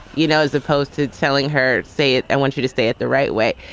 you know, as opposed to telling her, say it. i want you to stay at the right way.